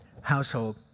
household